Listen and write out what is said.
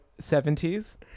70s